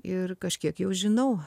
ir kažkiek jau žinau